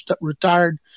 retired